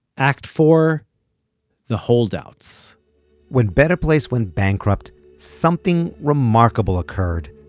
act four the holdouts when better place went bankrupt, something remarkable occurred.